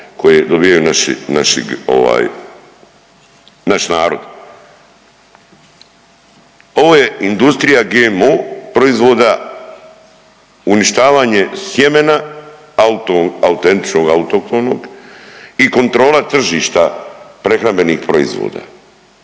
naši ovaj naš narod. Ovo je industrija GMO proizvoda, uništavanje sjemene, autentičnog, autohtonog i kontrola tržišta prehrambenih proizvoda.